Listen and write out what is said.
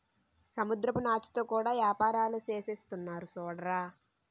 సముద్రపు నాచుతో కూడా యేపారాలు సేసేస్తున్నారు సూడరా